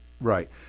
Right